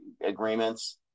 agreements